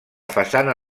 façana